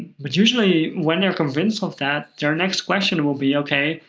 but usually, when they're convinced of that, their next question will be, ok,